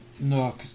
No